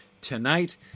Tonight